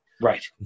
Right